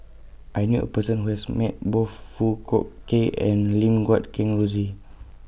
I knew A Person Who has Met Both Foong Fook Kay and Lim Guat Kheng Rosie